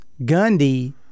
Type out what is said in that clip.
Gundy